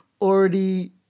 already